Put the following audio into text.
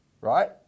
right